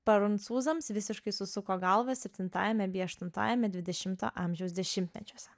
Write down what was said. prancūzams visiškai susuko galvą septintajame bei aštuntajame dvidešimto amžiaus dešimtmečiuose